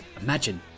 imagine